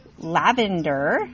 lavender